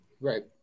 Right